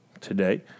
today